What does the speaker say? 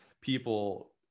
People